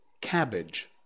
cabbage